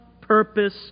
purpose